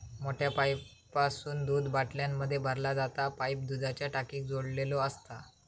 मोठ्या पाईपासून दूध बाटल्यांमध्ये भरला जाता पाईप दुधाच्या टाकीक जोडलेलो असता